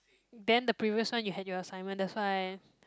then the previous one you had your assignment that's why